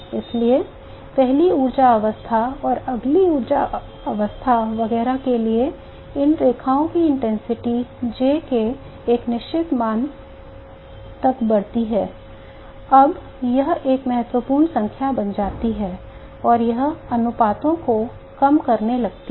इसलिए पहली ऊर्जा अवस्था और अगली ऊर्जा अवस्था वगैरह के लिए इन रेखाओं की इंटेंसिटी J के एक निश्चित मान तक बढ़ती रहती है जब यह एक महत्वपूर्ण संख्या बन जाती है और यह अनुपातों को कम करने लगती है